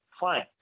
fine